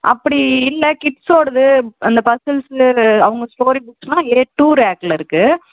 அப்படி இல்லை கிட்ஸ்ஸோடது அந்த பஸுல்ஸ் அவங்க ஸ்டோரி புக்ஸ்லாம் ஏ டூ ரேகில் இருக்குது